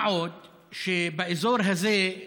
מה עוד שבאזור הזה,